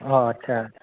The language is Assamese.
অঁ আচ্ছা